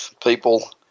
people